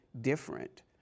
different